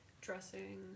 dressing